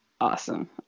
Awesome